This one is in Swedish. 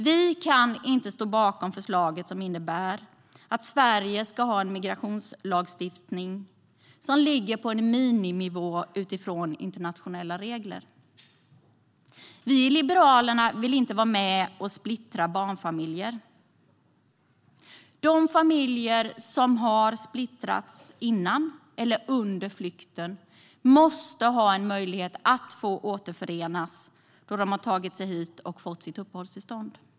Vi kan inte stå bakom förslaget som innebär att Sverige nu ska ha en migrationslagstiftning som ligger på en miniminivå utifrån internationella regler. Vi i Liberalerna vill inte vara med och splittra barnfamiljer. De familjer som har splittrats före, eller under, flykten måste ha möjlighet att få återförenas när de har tagit sig hit och har fått sitt uppehållstillstånd.